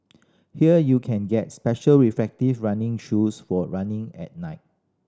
here you can get special reflective running shoes for running at night